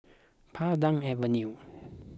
Pandan Avenue